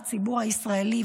הציבור הישראלי,